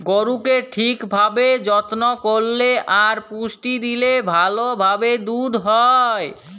গরুকে ঠিক ভাবে যত্ন করল্যে আর পুষ্টি দিলে ভাল ভাবে দুধ হ্যয়